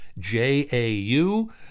JAU